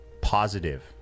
positive